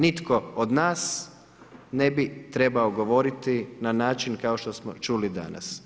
Nitko od nas ne bi trebao govoriti na način, kao što smo čuli danas.